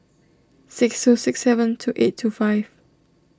six two six seven two eight two five